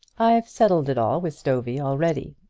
i've settled it all with stovey already,